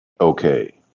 Okay